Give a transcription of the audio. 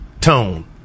tone